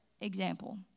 example